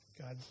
God